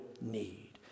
need